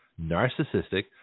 narcissistic